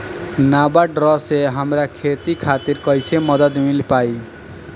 नाबार्ड से हमरा खेती खातिर कैसे मदद मिल पायी?